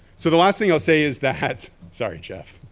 so the last thing i'll say is that, sorry jeff.